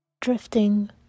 Drifting